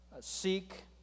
seek